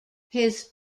his